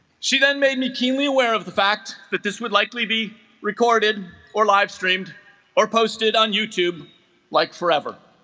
she then made me keenly aware of the fact that this would likely be recorded or live streamed or posted on youtube like forever